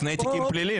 שני תיקים פליליים.